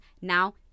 Now